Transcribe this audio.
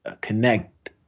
connect